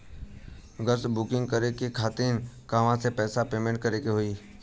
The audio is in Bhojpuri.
गॅस बूकिंग करे के खातिर कहवा से पैसा पेमेंट करे के होई?